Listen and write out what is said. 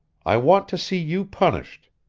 i want to see you punished.